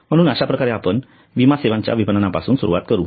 म्हणून अश्याप्रकारे आपण विमा सेवांच्या विपणनापासून सुरुवात करू